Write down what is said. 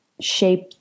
shape